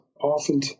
often